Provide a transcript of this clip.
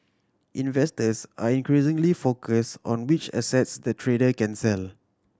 investors are increasingly focus on which assets the trader can sell